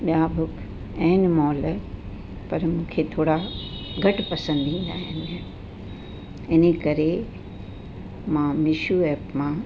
ॿिया बि आहिनि मॉल पर मूंखे थोरा घटि पसंदि ईंदा आहिनि इनकरे मां मिशो एप मां